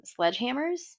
sledgehammers